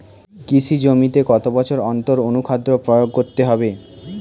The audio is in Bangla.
কৃষি জমিতে কত বছর অন্তর অনুখাদ্য প্রয়োগ করতে হবে?